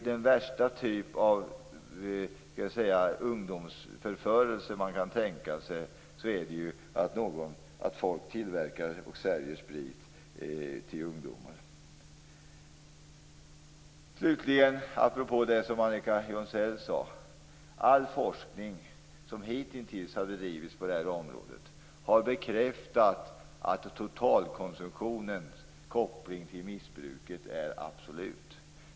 Den värsta typ av ungdomsförförelse man kan tänka sig är att folk tillverkar och säljer sprit till ungdomar. Slutligen har jag en kommentar apropå det som Annika Jonsell sade. All forskning som hitintills har bedrivits på det här området har bekräftat att totalkonsumtionens koppling till missbruket är absolut.